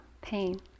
pain